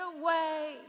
away